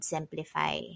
Simplify